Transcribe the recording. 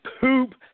poop